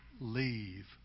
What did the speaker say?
leave